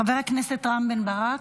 חבר הכנסת רם בן ברק.